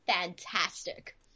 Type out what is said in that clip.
fantastic